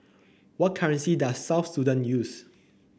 what currency does South Sudan use